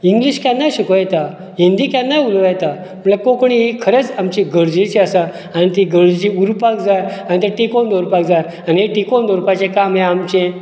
English केन्नाय शिको येता हिन्दी केन्नाय उलोव येता म्हटल्यार कोंकणी ही खरेंच आमची गरजेची आसा आनी ती गरजेक उरपाक जाय आनी ते टिकोवन दवरपाक जाय आनी टिकोन दवरपाचे काम हे आमचें